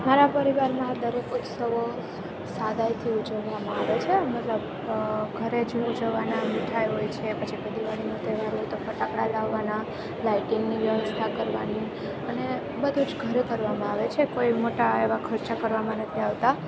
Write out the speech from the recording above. મારા પરિવારમાં દરેક ઉત્સવો સાદાઈથી ઉજવવામાં આવે છે મતલબ ઘરેજ ઉજવાના મીઠાઇ હોય છે પછી કોઈ દિવાળીનો તહેવાર હોય તો ફટાકડા લાવવાના લાઇટિંગની વ્યવસ્થા કરવાની અને બધું જ ઘરે કરવામાં આવે છે કોઈ મોટાં એવાં ખર્ચા કરવામાં નથી આવતાં